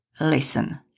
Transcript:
Listen